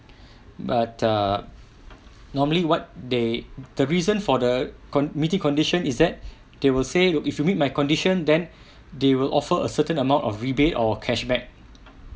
but err normally what they the reason for the meeting condition is that they will say you if you meet my condition then they will offer a certain amount of rebate or cash back